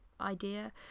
idea